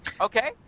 Okay